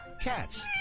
cats